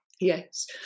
Yes